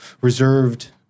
reserved